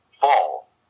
fall